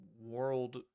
world